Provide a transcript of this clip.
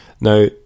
Now